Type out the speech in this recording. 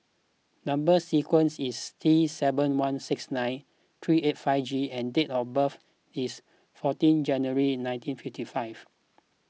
Number Sequence is T seven one six nine three eight five G and date of birth is fourteen January nineteen fifty five